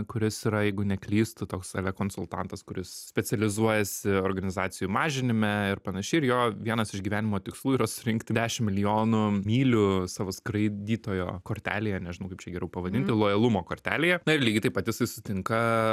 kuris yra jeigu neklystu toks ale konsultantas kuris specializuojasi organizacijų mažinime ir panašiai ir jo vienas iš gyvenimo tikslų yra surinkti dešimt milijonų mylių savo skraidytojo kortelėje nežinau kaip čia geriau pavadinti lojalumo kortelėje na ir lygiai taip pat jisai sutinka